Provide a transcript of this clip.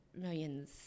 Millions